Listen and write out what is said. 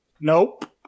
Nope